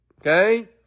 Okay